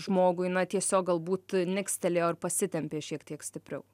žmogui na tiesiog galbūt nikstelėjo ar pasitempė šiek tiek stipriau